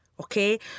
okay